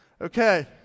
Okay